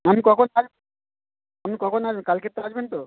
আপনি কখন আপনি কখন আসবেন কালকে তো আসবেন তো